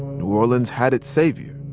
new orleans had its savior.